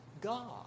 God